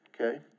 Okay